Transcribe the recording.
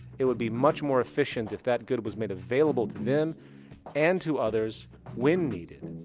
it would be much more efficient. if that good was made available to them and to others when needed.